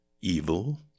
evil